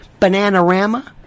Bananarama